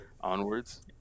onwards